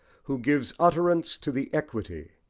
who gives utterance to the equity,